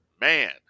man